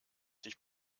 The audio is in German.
sich